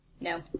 No